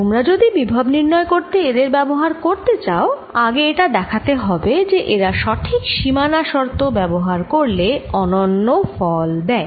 তোমরা যদি বিভব নির্ণয় করতে এদের ব্যবহার করতে চাও আগে এটা দেখাতে হবে যে এরা সঠিক সীমানা শর্ত ব্যবহার করলে অনন্য ফল দেয়